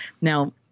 Now